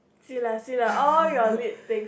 see lah see lah all your lit thing